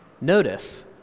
Notice